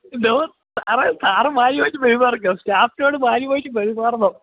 എന്തോ സാറേ സാര് മാന്യമായിട്ട് പെരുമാറിക്കോളൂ സ്റ്റാഫിനോട് മാന്യമായിട്ട് പെരുമാറണം